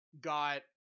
got